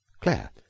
Claire